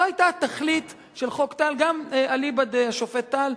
זו היתה התכלית של חוק טל, גם אליבא דשופט טל.